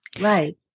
right